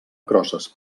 crosses